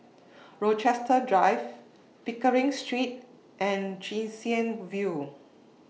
Rochester Drive Pickering Street and Chwee Chian View